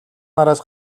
нараас